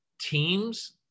teams